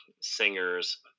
singers